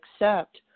accept